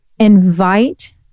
invite